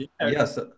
yes